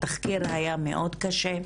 התחקיר היה מאוד קשה.